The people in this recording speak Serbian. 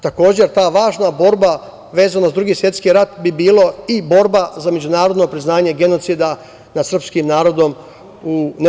Takođe je ta važna borba vezano za Drugi svetski rat bi bila i borba za međunarodno priznanje genocida nad srpskim narodom u NDH.